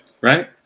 right